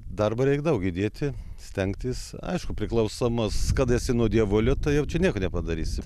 darbo reik daug įdėti stengtis aišku priklausomas kad esi nuo dievulio tai jau čia nieko nepadarysi